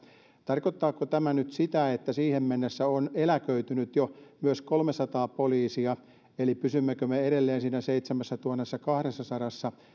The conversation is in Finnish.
tarkoittaako tämä nyt sitä että siihen mennessä on jo myös eläköitynyt kolmesataa poliisia eli pysymmekö me edelleen siinä seitsemässätuhannessakahdessasadassa